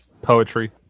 Poetry